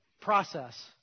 process